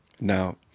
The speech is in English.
Now